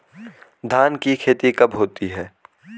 धान की खेती कब होती है?